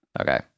Okay